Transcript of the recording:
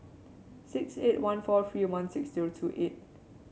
six eight one four three one six two eight